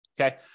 Okay